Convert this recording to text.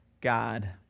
God